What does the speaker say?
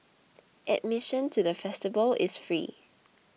admission to the festival is free